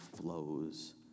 flows